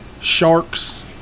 sharks